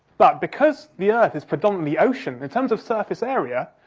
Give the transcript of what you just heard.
but, because the earth is predominantly ocean, in terms of surface area,